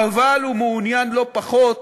אבל הוא מעוניין לא פחות